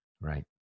Right